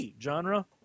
genre